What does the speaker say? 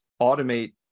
automate